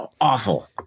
awful